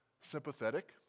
sympathetic